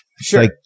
Sure